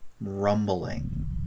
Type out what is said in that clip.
rumbling